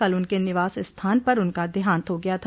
कल उनके निवास स्थान पर उनका देहांत हो गया था